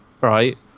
right